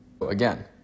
again